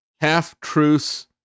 half-truths